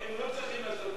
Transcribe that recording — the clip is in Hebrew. לא בכוח אפשר לשאול שאלות.